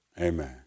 Amen